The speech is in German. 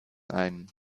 ein